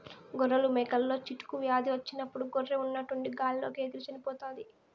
గొర్రెలు, మేకలలో చిటుకు వ్యాధి వచ్చినప్పుడు గొర్రె ఉన్నట్టుండి గాలి లోకి ఎగిరి చనిపోతాది